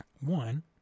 one